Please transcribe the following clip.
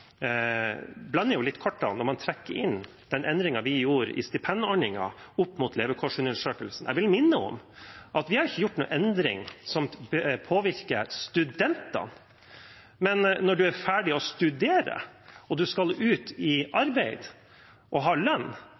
litt når man trekker inn den endringen vi gjorde i stipendordningen, opp mot levekårsundersøkelsen. Jeg vil minne om at vi ikke har gjort noen endring som påvirker studentene. Men når man er ferdig med å studere og skal ut i arbeid og ha lønn,